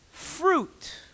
fruit